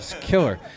Killer